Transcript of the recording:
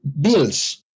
bills